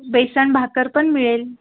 बेसन भाकर पण मिळेल